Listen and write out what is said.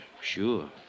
Sure